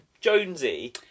Jonesy